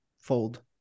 fold